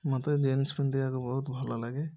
ମତେ ଜିନ୍ସ ପିନ୍ଧିବାକୁ ବହୁତ ଭଲଲାଗେ